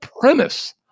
premise